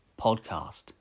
podcast